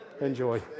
Enjoy